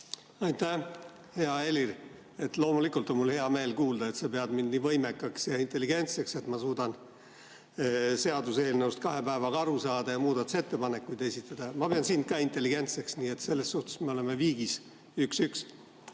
Aitäh! Hea Helir! Loomulikult on mul hea meel kuulda, et sa pead mind nii võimekaks ja intelligentseks, et ma suudan seaduseelnõust kahe päevaga aru saada ja muudatusettepanekuid esitada. Ma pean sind ka intelligentseks, nii et selles suhtes me oleme viigis 1